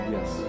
Yes